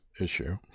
issue